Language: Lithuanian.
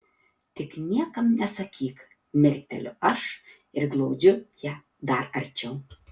tik niekam nesakyk mirkteliu aš ir glaudžiu ją dar arčiau